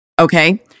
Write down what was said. okay